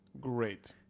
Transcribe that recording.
Great